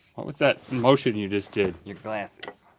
what was that motion you just did? your glasses.